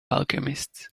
alchemists